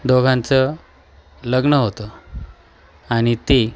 दोघांचं लग्न होतं आणि ते